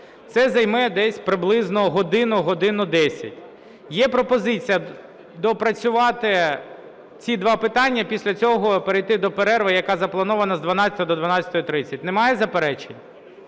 Це займе десь приблизно годину, годину 10. Є пропозиція доопрацювати ці два питання, після цього перейти до перерви, яка запланована з 12 до 12:30. Немає заперечень?